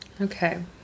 Okay